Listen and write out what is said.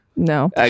No